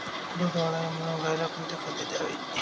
दूध वाढावे म्हणून गाईला कोणते खाद्य द्यावे?